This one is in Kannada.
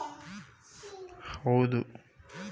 ಎನ್.ಬಿ.ಎಫ್.ಸಿ ಬ್ಯಾಂಕಿನಲ್ಲಿ ಹೂಡಿಕೆ ಮಾಡುವುದು ಉತ್ತಮವೆ?